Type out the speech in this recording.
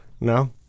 No